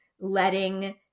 letting